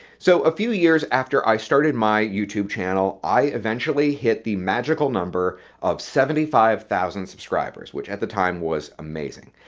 so a few years after i started my youtube channel i eventually hit the magic number of seventy five thousand subscribers, which at the time was amazing.